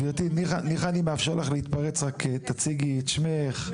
גברתי אני מרשה לך להתפרץ, רק תציגי את שמך.